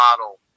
model